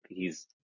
hes